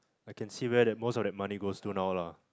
I can see where that most of the money goes to lah